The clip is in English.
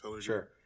Sure